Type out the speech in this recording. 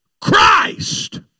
Christ